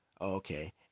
okay